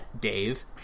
Dave